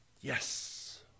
Yes